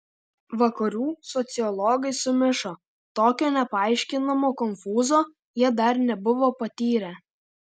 vakarų sociologai sumišo tokio nepaaiškinamo konfūzo jie dar nebuvo patyrę